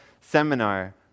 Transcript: seminar